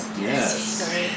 Yes